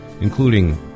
including